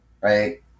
right